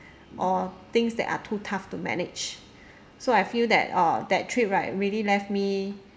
or things that are too tough to manage so I feel that uh that trip right really left me